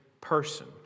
person